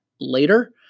later